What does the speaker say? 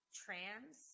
trans